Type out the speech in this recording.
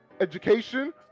Education